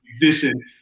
musician